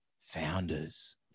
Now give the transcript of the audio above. founders